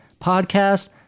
podcast